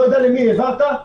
לא יודע למי העברת,